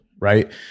right